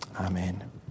Amen